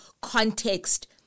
context